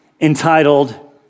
entitled